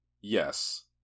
Yes